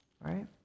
right